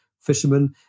fishermen